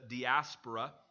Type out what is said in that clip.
diaspora